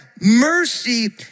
mercy